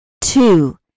Two